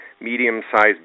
medium-sized